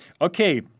Okay